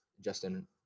Justin